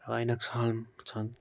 INOX hall छन्